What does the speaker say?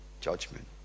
judgment